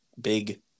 big